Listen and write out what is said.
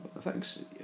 thanks